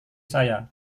saya